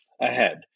ahead